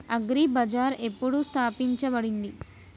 Agri Bazaar ఎప్పుడు స్థాపించబడింది?